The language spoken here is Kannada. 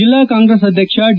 ಜೆಲ್ಲಾ ಕಾಂಗ್ರೆಸ್ ಅಧ್ಯಕ್ಷ ಡಿ